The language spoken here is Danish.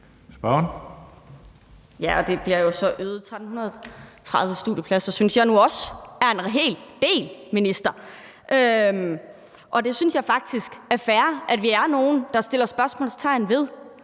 Ja, og det bliver jo så øget – 1330 studiepladser synes jeg nu også er en hel del, minister. Og jeg synes faktisk, det er fair, at vi er nogle, der sætter spørgsmålstegn ved,